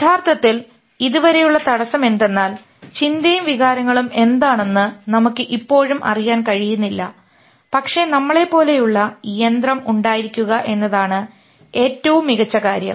യഥാർത്ഥത്തിൽ ഇതുവരെയുള്ള തടസ്സം എന്തെന്നാൽ ചിന്തയും വികാരങ്ങളും എന്താണെന്ന് നമുക്ക് ഇപ്പോഴും അറിയാൻ കഴിയുന്നില്ല പക്ഷേ നമ്മളെപ്പോലെയുള്ള യന്ത്രം ഉണ്ടായിരിക്കുക എന്നതാണ് ഏറ്റവും മികച്ച കാര്യം